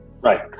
Right